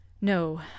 No